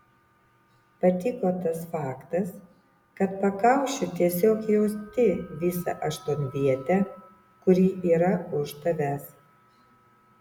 patiko tas faktas kad pakaušiu tiesiog jauti visą aštuonvietę kuri yra už tavęs